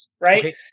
right